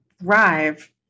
thrive